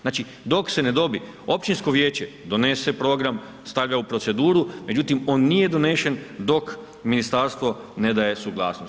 Znači dok se ne dobije, općinsko vijeće donese program, stavlja u proceduru međutim on nije donesen dok ministarstvo ne daje suglasnost.